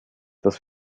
dass